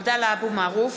(קוראת בשמות חברי הכנסת) עבדאללה אבו מערוף,